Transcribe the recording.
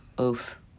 Oof